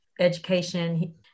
education